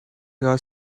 your